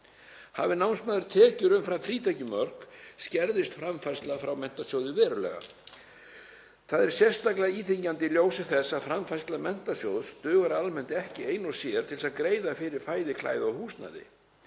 Hafi námsmaður tekjur umfram frítekjumörk skerðist framfærsla frá Menntasjóði verulega. Það er sérstaklega íþyngjandi í ljósi þess að framfærsla Menntasjóðs dugar almennt ekki ein og sér til að greiða fyrir fæði, klæði og húsnæði.